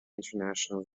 international